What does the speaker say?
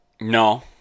No